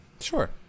sure